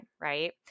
right